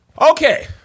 Okay